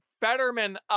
Fetterman